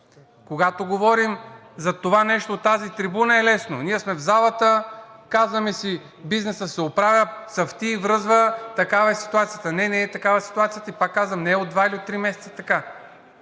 Когато говорим за това нещо от тази трибуна, е лесно. Ние сме в залата и си казваме: бизнесът се оправя, цъфти и връзва, такава е ситуацията. Не, не е такава ситуацията. Пак казвам, не е от два или три месеца така.